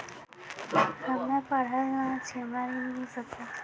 हम्मे पढ़ल न छी हमरा ऋण मिल सकत?